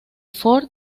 ford